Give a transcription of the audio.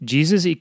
Jesus